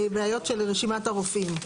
בעיות של רשימת הרופאים.